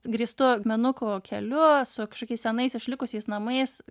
grįstu akmenukų keliu su kažkokiais senais išlikusiais namais